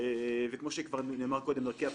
וכמו שכבר נאמר קודם, צריך